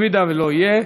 אם לא יהיה,